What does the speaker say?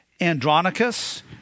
Andronicus